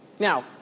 Now